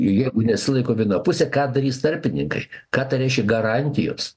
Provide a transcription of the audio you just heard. jeigu nesilaiko viena pusė ką darys tarpininkai ką tai reiškia garantijos